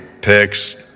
picks